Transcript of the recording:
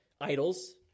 idols